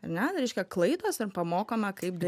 ane reiškia klaidos ir pamokome kaip